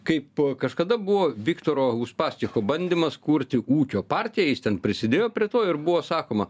kaip kažkada buvo viktoro uspaskicho bandymas kurti ūkio partiją jis ten prisidėjo prie to ir buvo sakoma